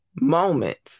moments